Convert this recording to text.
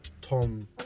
Tom